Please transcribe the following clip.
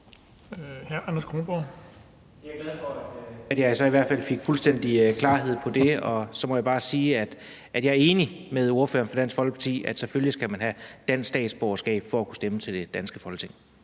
over. Og så må jeg bare sige, at jeg er enig med ordføreren for Dansk Folkeparti i, at selvfølgelig skal man have dansk statsborgerskab for at kunne stemme til det danske Folketing.